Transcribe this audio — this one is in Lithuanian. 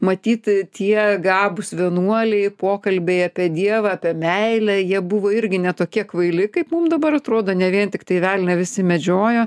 matyt tie gabūs vienuoliai pokalbiai apie dievą apie meilę jie buvo irgi ne tokie kvaili kaip mum dabar atrodo ne vien tiktai velnią visi medžiojo